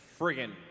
Friggin